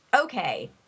okay